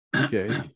Okay